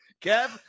Kev